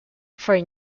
for